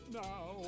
now